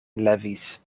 levis